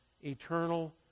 eternal